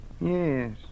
Yes